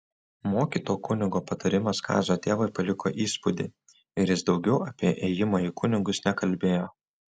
mokyto kunigo patarimas kazio tėvui paliko įspūdį ir jis daugiau apie ėjimą į kunigus nekalbėjo